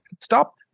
Stop